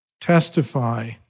testify